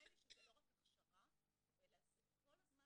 ונדמה לי שזה לא רק הכשרה אלא כל הזמן